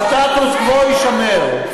הסטטוס קוו-יישמר.